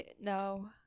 No